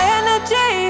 energy